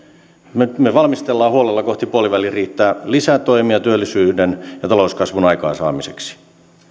me me valmistelemme huolella kohti puoliväliriihtä lisätoimia työllisyyden ja talouskasvun aikaansaamiseksi